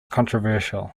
controversial